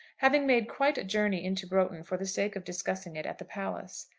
having made quite a journey into broughton for the sake of discussing it at the palace.